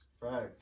Right